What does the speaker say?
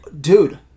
dude